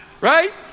Right